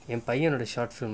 empire of the short film